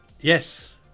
yes